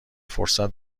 فرصت